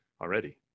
already